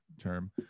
term